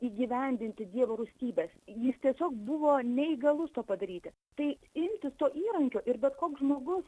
įgyvendinti dievo rūstybės jis tiesiog buvo neįgalus to padaryti tai imtis to įrankio ir bet koks žmogus